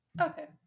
Okay